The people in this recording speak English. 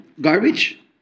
garbage